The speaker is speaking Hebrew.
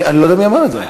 אני לא יודע מי אמר את זה.